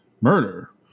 murder